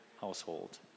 household